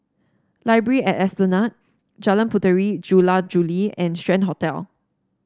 Library at Esplanade Jalan Puteri Jula Juli and Strand Hotel